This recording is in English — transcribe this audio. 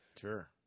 sure